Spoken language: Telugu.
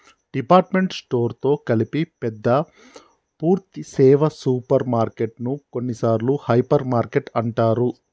డిపార్ట్మెంట్ స్టోర్ తో కలిపి పెద్ద పూర్థి సేవ సూపర్ మార్కెటు ను కొన్నిసార్లు హైపర్ మార్కెట్ అంటారు